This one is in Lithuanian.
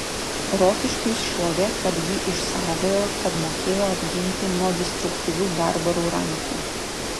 rokiškiui šlovė kad jį išsaugojo kad mokėjo apginti nuo destruktyvių barbarų rankų